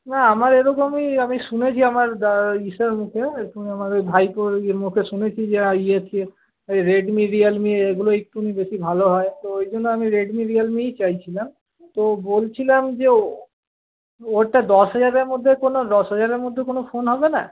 না আমার এরকমই আমি শুনেছি আমার ইসের মুখে আমার ওই ভাইপোর ইয়ের মুখে শুনেছি যে ইয়ে রেডমি রিয়ালমি এগুলোই একটু বেশি ভালো হয় তো ওইজন্য আমি রেডমি রিয়ালমিই চাইছিলাম তো বলছিলাম যে ও ওইটা দশ হাজারের মধ্যে কোন দশ হাজারের মধ্যে কোন ফোন হবে না